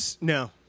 No